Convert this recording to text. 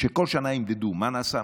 שכל שנה ימדדו מה נעשה,